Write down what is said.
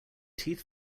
teeth